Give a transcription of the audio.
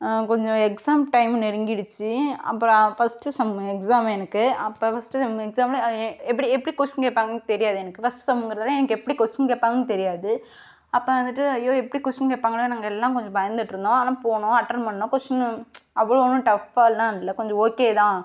கொஞ்சம் exam time நெருங்கிடுச்சு அப்புறம் ஃபர்ஸ்ட் சம் எக்ஸாம் எனக்கு அப்போ ஃபர்ஸ்ட் எக்ஸாம் எப்படி எப்படி கொஸ்டின் கேட்பாங்கனு தெரியாது எனக்கு ஃபர்ஸ்ட் சம்ங்கிறதுனால எப்படி கொஸ்டின் கேட்பாங்கனு தெரியாது அப்போ வந்துட்டு ஐயோ எப்படி கொஸ்டின் கேட்பாங்கன்னு நாங்கள் எல்லாம் கொஞ்சம் பயந்துகிட்டு இருந்தோம் ஆனால் போனோம் அட்டன் பண்ணோம் கொஸ்டின் அவ்வளோ ஒன்றும் டஃப்பாலாம் இல்லை கொஞ்சம் ஓகே தான்